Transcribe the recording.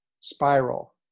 spiral